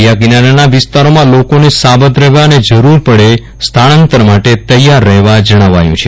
દરીયા કિનારાના વિસ્તારોમાં લોકોને સાવધ રહેવા અને જરૂર પડયે સ્થળાંતર માટે તૈયાર રહેવા જણાવાયુ છે